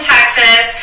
Texas